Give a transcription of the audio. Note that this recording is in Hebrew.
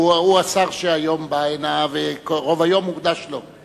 הוא השר שהיום בא הנה ורוב היום מוקדש לו.